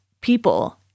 people